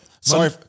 sorry